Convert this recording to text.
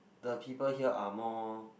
the people here are more